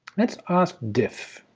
let's ask diff